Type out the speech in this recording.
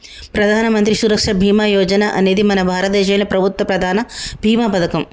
ప్రధానమంత్రి సురక్ష బీమా యోజన అనేది మన భారతదేశంలో ప్రభుత్వ ప్రధాన భీమా పథకం